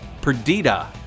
Perdita